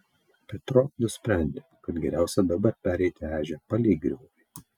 petro nusprendė kad geriausia dabar pereiti ežią palei griovį